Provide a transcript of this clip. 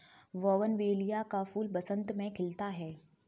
bougainvillea का फूल बसंत में खिलता है